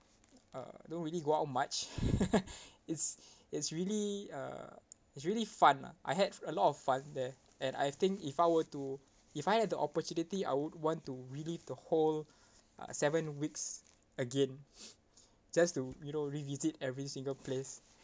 uh don't really go out much it's it's really uh it's really fun I had a lot of fun there and I think if I were to if I had the opportunity I would want to relive the whole uh seven weeks again just to you know revisit every single place